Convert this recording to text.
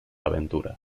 aventura